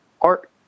art